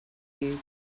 you